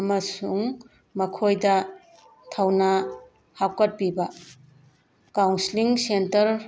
ꯑꯃꯁꯨꯡ ꯃꯈꯣꯏꯗ ꯊꯧꯅꯥ ꯍꯥꯞꯀꯠꯄꯤꯕ ꯀꯥꯎꯟꯁꯤꯂꯤꯡ ꯁꯦꯟꯇꯔ